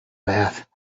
bath